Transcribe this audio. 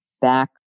back